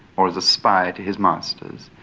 or as a spy to his masters.